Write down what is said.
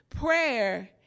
Prayer